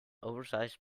oversized